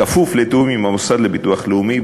בכפוף לתיאום עם המוסד לביטוח לאומי.